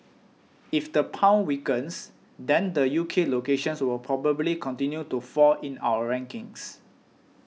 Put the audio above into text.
if the pound weakens then the U K locations will probably continue to fall in our rankings